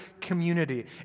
community